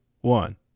one